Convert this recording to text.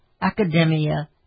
academia